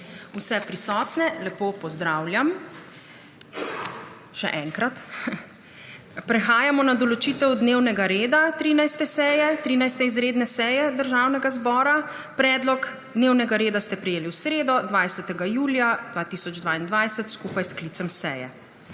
še enkrat lepo pozdravljam. Prehajamo na **določitev dnevnega reda** 13. izredne seje Državnega zbora. Predlog dnevnega reda ste prejeli v sredo, 20. julija 2022, skupaj s sklicem seje.